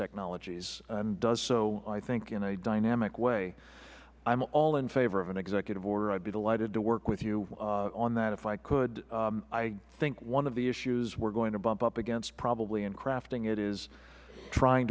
technologies and does so i think in a dynamic way i am all in favor of an executive order i would be delighted to work with you on that if i could i think one of the issues we are going to bump up against probably in crafting of it is in trying